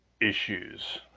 issues